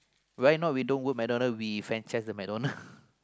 why not we don't work McDonald's we franchise the McDonald's